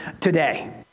today